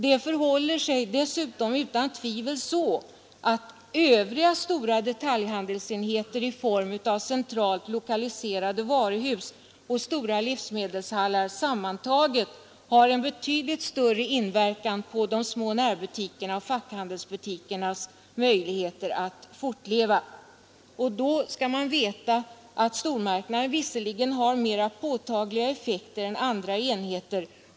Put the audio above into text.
Det förhåller sig utan tvivel så att övriga stora detaljhandelsenheter i form av centralt lokaliserade varuhus och stora livsmedelshallar sammantaget har en betydligt större inverkan på de små närbutikernas och fackhandelsbutikernas möjligheter att fortleva, och då skall man veta att stormarknaden visserligen har mera påtagliga effekter än andra enheter.